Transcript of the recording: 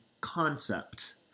concept